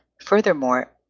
Furthermore